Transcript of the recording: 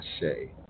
say